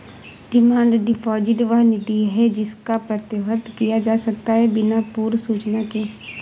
demand deposit वह निधि है जिसको प्रत्याहृत किया जा सकता है बिना पूर्व सूचना के